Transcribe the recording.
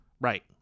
right